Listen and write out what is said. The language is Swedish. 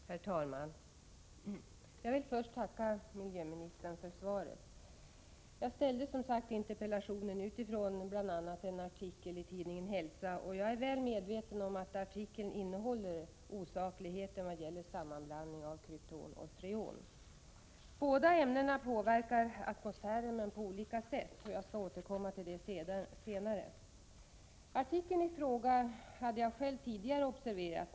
Herr talman! Jag vill först tacka miljöministern för svaret. Jag ställde interpellationen med anledning av bl.a. en artikel i tidningen Hälsa, och jag är väl medveten om att artikeln innehåller osaklighet i vad gäller sammanblandning av krypton och freon. Båda ämnena påverkar atmosfären, men på olika sätt. Jag skall återkomma till det senare. Jag hade själv tidigare observerat artikeln.